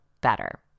better